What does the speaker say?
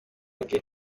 bwe